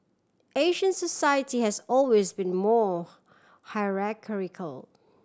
Asian society has always been more hierarchical